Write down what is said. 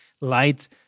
light